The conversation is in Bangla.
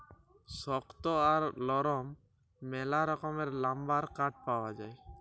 শক্ত আর লরম ম্যালা রকমের লাম্বার কাঠ পাউয়া যায়